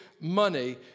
money